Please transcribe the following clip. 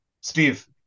steve